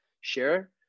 share